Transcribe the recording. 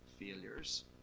failures